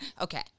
Okay